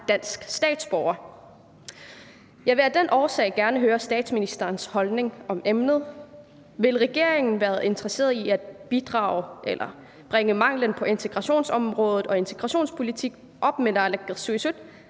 dansk statsborger. Jeg vil af den årsag gerne høre statsministerens holdning til emnet. Vil regeringen være interesseret i at bringe manglen på integrationsområdet og integrationspolitik op med naalakkersuisut,